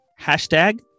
hashtag